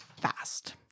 fast